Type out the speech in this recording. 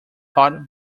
taught